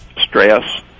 stress